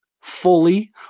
fully